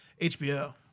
HBO